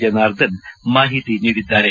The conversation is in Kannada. ಜನಾರ್ಧನ್ ಮಾಹಿತಿ ನೀಡಿದ್ದಾರೆ